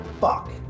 Fuck